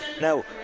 now